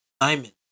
diamond